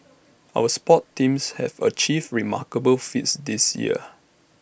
our sports teams have achieved remarkable feats this year